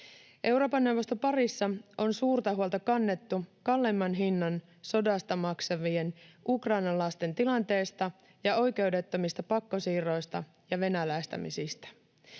Euroopan neuvoston parissa on kannettu suurta huolta kalleimman hinnan sodasta maksavien ukrainalaisten tilanteesta ja oikeudettomista pakkosiirroista ja venäläistämisistä.